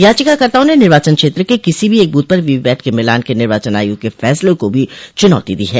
याचिकाकर्ताओं ने निवार्चन क्षेत्र के किसी भो एक ब्रथ पर वीवीपैट के मिलान के निर्वाचन आयोग के फैसले को भी चुनौती दी है